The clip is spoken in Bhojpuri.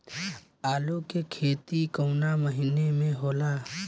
आलू के खेती कवना महीना में होला?